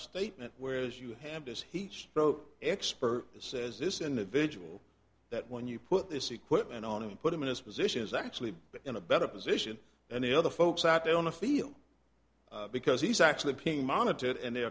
statement where as you have this heat stroke expert says this individual that when you put this equipment on him put him in this position is actually in a better position than the other folks out there on the field because he's actually peeing monitored and they